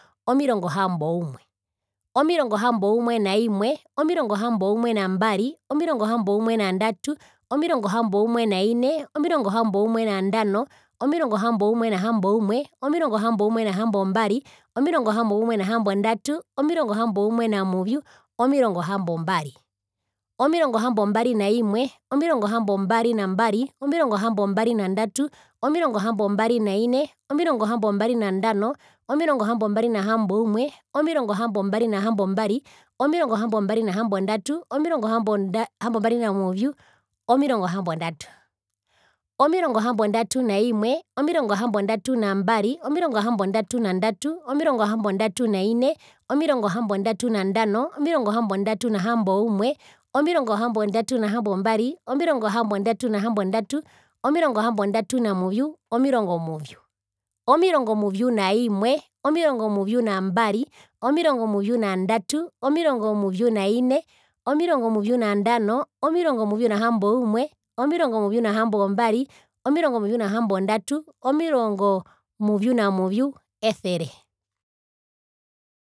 Omirongo hamboumwe. Omirongo hamboumwe naimwe, omirongo hamboumwe nambari. Omirongo hamboumwe nandatu. Omirongo hamboumwe naine. Omirongo hamboumwe nandano, omirongo namboumwe nahamboumwe. Omirongo hamboumwe nahambombari. Omirongo hamboumwe nahambondandatu, omirongo hamboumwe namuvju, omirongo hambombari, omirongo hambombari naimwe. Omirongo hambombari nambari. Omirongo hambombari nandatu. Omirongo hambombari naine. Omirongo hambombari nandano. Omirongo hambombari nahamboumwe. Omirongo hambombari nahambombari. Omirongo hambombari nahambondatu. Omirongo hambombari namuvju. Omirongo hambondatu. Omirongo hambondatu naimwe. Omirongo hambondatu nambari. Omirongo hambondatu nandatu. Omirongo hambondatu naine. Omirongo hambondatu nandano. Omirongo hambondatu nahamboumwe. Omirongo hambondatu nahambombari. Omirongo hambondatu nahambondatu. Omirongo hambondatu namuvju, omirongo muvju. Omirongo muvju naimwe. Omirongo muvju nambari. Omirongo muvju nandatu. Omirongo muvju naine. Omirongo muvju nandano. Omirongo muvju nahamboumwe. Omirongo muvju nahambombari, omirongo muvju nahambondatu. Omirongo muvju namuvju, esere.